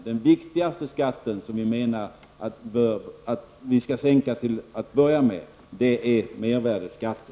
Den viktigaste skatten som vi menar att vi skall sänka till att börja med är mervärdeskatten.